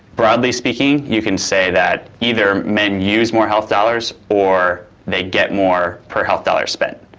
broadly speaking you can say that either men use more health dollars or they get more per health dollar spent.